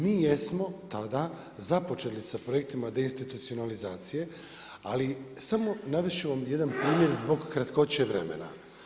Mi jesmo tada započeli sa projektima deinstitucionalizacije, ali samo navesti ću vam jedan primjer zbog kratkoće vremena.